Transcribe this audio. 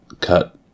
Cut